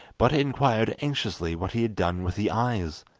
but inquired anxiously what he had done with the eyes.